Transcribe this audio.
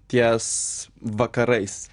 ties vakarais